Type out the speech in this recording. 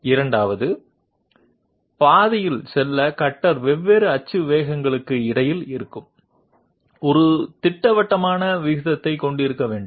இரண்டாவதாக பாதையில் செல்ல கட்டர் வெவ்வேறு அச்சு வேகங்களுக்கு இடையில் இருக்கும் ஒரு திட்டவட்டமான விகிதத்தைக் கொண்டிருக்க வேண்டும்